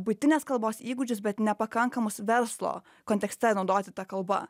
buitinės kalbos įgūdžius bet nepakankamus verslo kontekste naudoti ta kalba